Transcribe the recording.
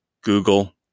Google